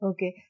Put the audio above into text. Okay